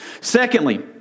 Secondly